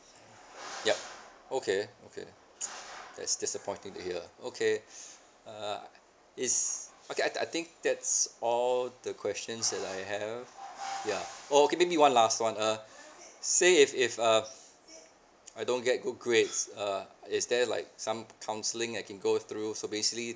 yup okay okay that's disappointing to hear okay uh it's okay I I think that's all the questions that I have yeah okay maybe one last one uh say if if uh I don't get good grades uh is there like some counselling I can go through so basically